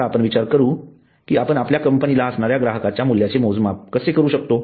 आता आपण याचा विचार करू की आपण आपल्या कंपनीला असणाऱ्या ग्राहकाच्या मूल्याचे मोजमाप कसे करू शकतो